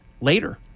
Later